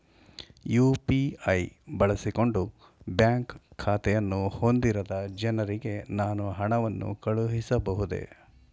UPI ಬಳಸಿಕೊಂಡು bank ಖಾತೆಯನ್ನು ಹೊಂದಿರದ ಜನರಿಗೆ ನಾನು ಹಣವನ್ನು ಕಳುಹಿಸಬಹುದೇ?